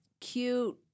cute